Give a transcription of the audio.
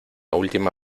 última